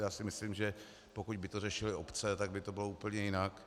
Já si myslím, že pokud by to řešily obce, tak by to bylo úplně jinak.